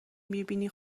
میبینی